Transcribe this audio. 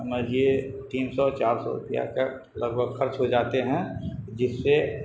سمجھیے تین سو چار سو روپیہ کا لگ بھگ خرچ ہو جاتے ہیں جس سے